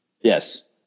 Yes